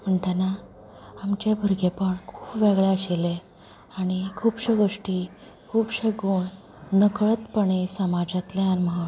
म्हणटना आमचें भुरगेंपण वेगळें आशिल्लें आनी खुबश्यो गोष्टी खुबशे खूण नकळतपणे समाजांतल्यान